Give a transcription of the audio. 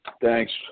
Thanks